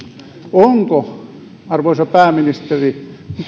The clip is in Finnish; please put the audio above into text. onko arvoisa pääministeri